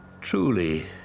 Truly